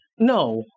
No